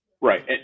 Right